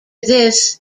this